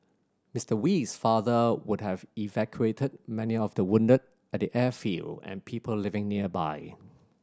Mister Wee's father would have evacuated many of the wounded at the airfield and people living nearby